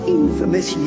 infamous